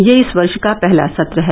यह इस वर्ष का पहला सत्र है